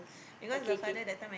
okay kay